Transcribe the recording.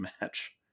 match